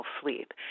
sleep